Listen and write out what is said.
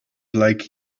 like